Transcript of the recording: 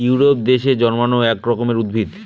Europe দেশে জন্মানো এক রকমের উদ্ভিদ